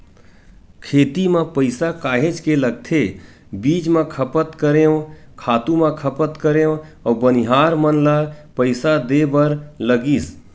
खेती म पइसा काहेच के लगथे बीज म खपत करेंव, खातू म खपत करेंव अउ बनिहार मन ल पइसा देय बर लगिस